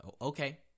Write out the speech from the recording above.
Okay